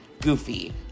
Goofy